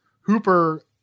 Hooper